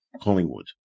Collingwood